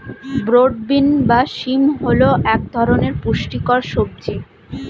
broad bean বা শিম হল এক ধরনের পুষ্টিকর সবজি